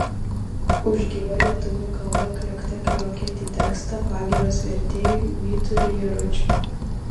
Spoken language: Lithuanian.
už gyva lietuvių kalba kliokte kliokiantį tekstą pagyros vertėjui vyturiui jaručiui